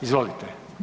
Izvolite.